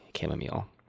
chamomile